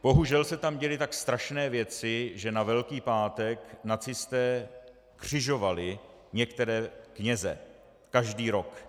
Bohužel se tam děly tak strašné věci, že na Velký pátek nacisté křižovali některé kněze každý rok.